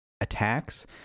attacks